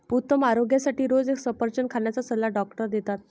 उत्तम आरोग्यासाठी रोज एक सफरचंद खाण्याचा सल्ला डॉक्टर देतात